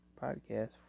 podcast